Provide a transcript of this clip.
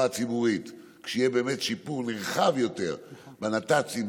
הציבורית כשיהיה שיפור נרחב יותר בנת"צים,